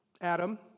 Adam